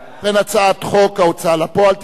ובכן, הצעת חוק ההוצאה לפועל (תיקון מס'